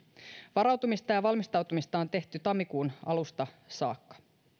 varautumista ja valmistautumista on tehty tammikuun alusta saakka